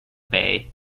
bay